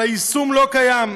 אבל היישום, לא קיים.